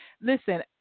listen